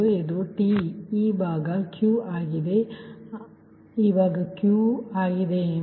ಇದು t ಈ ಭಾಗ q ಆಗಿದೆ ಈ ಭಾಗ q ಆಗಿದೆ ಸರಿ